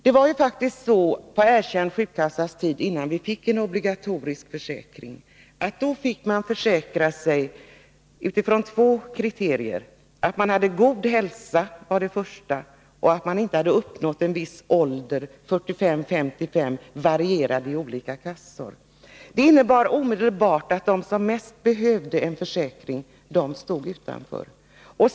Det var faktiskt så på den erkända sjukkassans tid, innan vi fick en obligatorisk sjukförsäkring, att man fick försäkra sig utifrån två kriterier. Det första var att man hade god hälsa. Det andra var att man inte hade uppnått en viss ålder —45, 50, 55 år. Åldersgränsen varierade och var olika i olika kassor. Det innebar att de som bäst behövde en försäkring stod utanför.